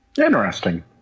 interesting